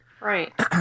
Right